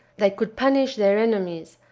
they could punish their enemies,